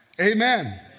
Amen